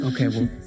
Okay